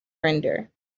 render